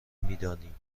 میدانیم